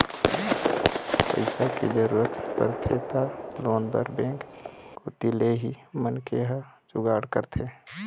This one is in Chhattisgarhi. पइसा के जरूरत परथे त लोन बर बेंक कोती ले ही मनखे ह जुगाड़ करथे